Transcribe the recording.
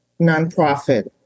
nonprofit